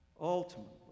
Ultimately